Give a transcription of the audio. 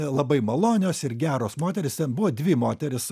labai malonios ir geros moterys ten buvo dvi moterys